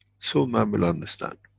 so man will understand.